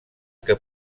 que